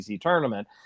tournament